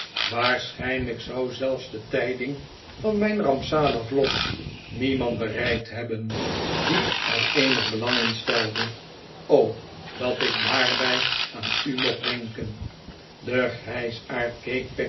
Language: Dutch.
waarschijnlijk zou zelfs de tijding van mijn rampzalig lot niemand bereikt hebben die er eenig belang in stelde o dat ik daarbij aan u mocht denken de